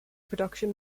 production